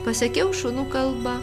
pasakiau šunų kalba